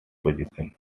positions